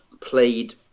played